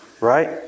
right